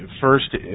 first